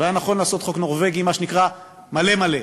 והיה נכון לעשות חוק נורבגי מה שנקרא "מלא מלא".